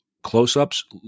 close-ups